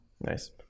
nice